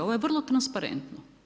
Ovo je vrlo transparentno.